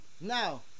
Now